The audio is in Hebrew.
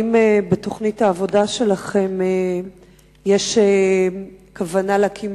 האם בתוכנית העבודה שלכם יש כוונה להקים